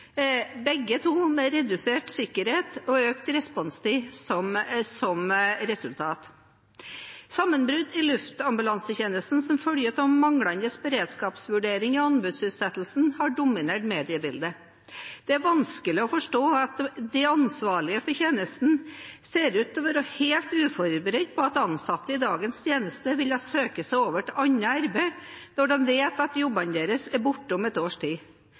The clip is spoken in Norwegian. begge to med redusert sikkerhet og økt responstid som resultat. Sammenbrudd i Luftambulansetjenesten som følge av manglende beredskapsvurderinger i anbudsutsettelsen har dominert mediebildet. Det er vanskelig å forstå at de ansvarlige for tjenesten ser ut til å være helt uforberedt på at ansatte i dagens tjeneste vil søke seg over til annet arbeid når de vet at jobbene deres er borte om et års tid.